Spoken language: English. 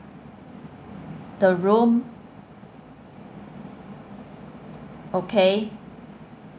the room okay